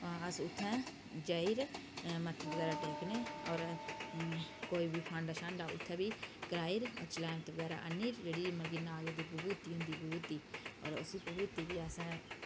अस उत्थें जाई'र मत्था बगैरा टेकने होर कोई बी फांडा शांडा उत्थें बी कराई'र चलैंमत बगैरा आनी र जेह्ड़ी मतलब कि नाग दी बबूती होंदी बबूती होर उसी बबूती गी असें